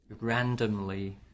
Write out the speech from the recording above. randomly